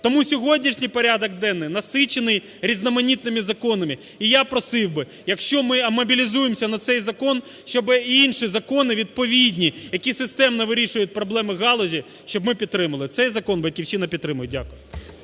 Тому сьогоднішній порядок денний насичений різноманітними законами, і я просив би, якщо ми мобілізуємося на цей закон, щоби і інші закони відповідні, які системно вирішують проблеми галузі, щоб ми підтримали. Цей закон "Батьківщина" підтримає. Дякую.